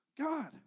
God